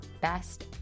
best